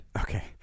Okay